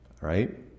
right